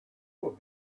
will